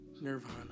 nirvana